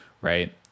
right